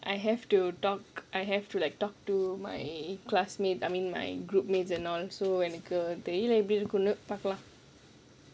I have to talk I have to like talk to my classmate I mean my group mates and all so when எனக்கு முடியுறதுக்குள்ள பார்க்கலாம்:enakku mudiyurathukkula paarkalaam